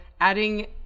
adding